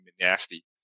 nasty